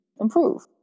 improve